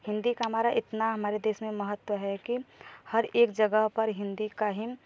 हिंदी का इतना हमारे देश में महत्व है कि हर एक जगह पर हिंदी का ही